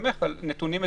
שנסתמך על נתונים מדויקים.